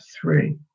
three